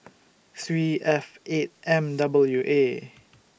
three F eight M W A